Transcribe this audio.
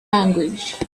language